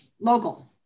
local